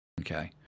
Okay